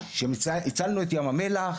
שהצלנו את ים המלח,